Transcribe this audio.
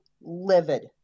livid